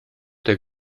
der